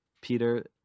peter